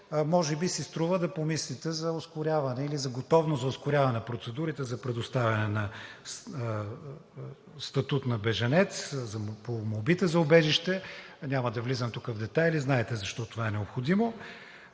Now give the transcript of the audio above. Може би си струва да помислите за ускоряване или за готовност за ускоряване на процедурите за предоставяне на статут на бежанец по молбите за убежище. Няма да влизам тук в детайли, знаете защо това е необходимо.